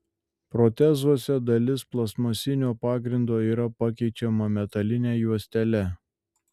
protezuose dalis plastmasinio pagrindo yra pakeičiama metaline juostele